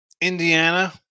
Indiana